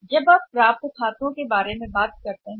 इसलिए अब हम खातों की प्राप्ति के बारे में बात करने जा रहे हैं